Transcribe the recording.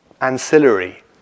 ancillary